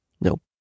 Nope